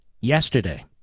yesterday